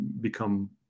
become